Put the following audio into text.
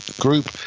group